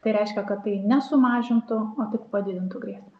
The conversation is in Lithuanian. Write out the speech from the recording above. tai reiškia kad tai nesumažintų o tik padidintų grėsmę